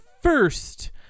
first